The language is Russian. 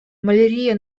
малярия